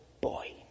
boy